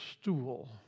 stool